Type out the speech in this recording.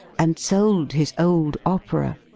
and sold his old opera.